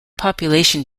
population